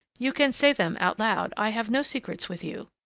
you can say them out loud. i have no secrets with you.